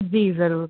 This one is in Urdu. جی ضرور